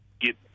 get